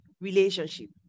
relationship